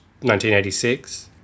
1986